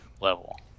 level